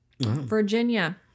Virginia